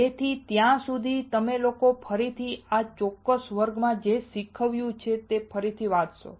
તેથી ત્યાં સુધી તમે લોકો ફરીથી આ ચોક્કસ વર્ગમાં જે શીખવ્યું છે તે ફરીથી વાંચી શકશો